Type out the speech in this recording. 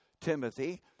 Timothy